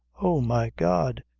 oh, my god!